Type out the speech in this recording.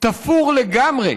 תפור לגמרי,